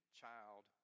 child